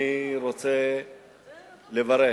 אני רוצה לברך